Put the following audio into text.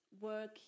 work